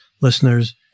listeners